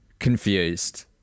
confused